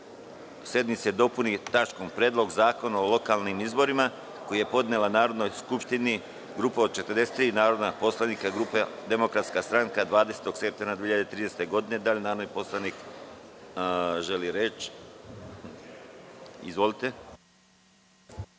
sednice dopuni tačkom – Predlog zakona o lokalnim izborima koji je podnela Narodnoj skupštini Grupa od 43 narodna poslanika grupe Demokratska stranka 20. septembra 2013. godine. Da li narodni poslanik želi reč? Izvolite.